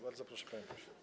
Bardzo proszę, panie pośle.